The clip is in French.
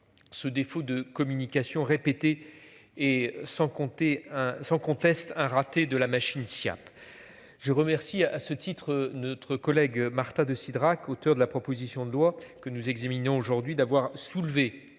Ce défaut de communication répétées et sans compter hein. Sans conteste un raté de la machine CIAT. Je remercie à ce titre, notre collègue Marta de Cidrac auteur de la proposition de loi que nous examinons aujourd'hui d'avoir soulevé